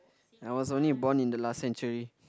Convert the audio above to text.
I was only born in the last century